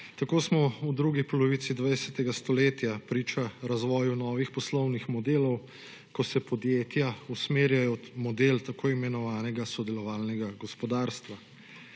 Tako smo v drugi polovici 20. stoletju priča razvoju novih poslovnih modelov, ko se podjetja usmerjajo v model tako imenovanega sodelovalnega gospodarstva.